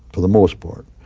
for the most part.